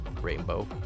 Rainbow